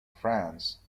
france